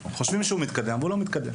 חושבים שהוא מתקדם אבל הוא לא מתקדם.